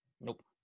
Nope